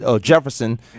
Jefferson